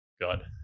God